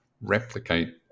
replicate